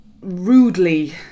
rudely